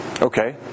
Okay